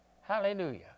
Hallelujah